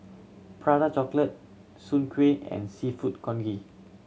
Prata Chocolate Soon Kueh and Seafood Congee